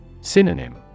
Synonym